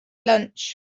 lunch